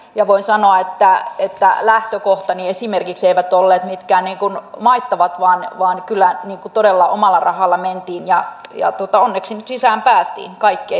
ja voin sanoa että lähtökohtani esimerkiksi eivät olleet mitkään maittavat vaan kyllä todella omalla rahalla mentiin ja onneksi nyt sisään päästiin kaikki eivät päässeet